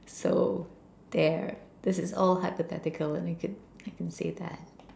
so there this is all hypothetical and I could I could say that